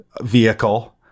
vehicle